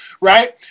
right